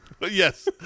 Yes